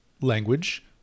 language